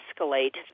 escalate